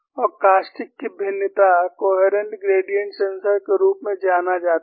और कास्टिक की भिन्नता कोहेरेंट ग्रेडिएंट सेंसर के रूप में जाना जाता है